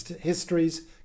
histories